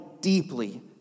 deeply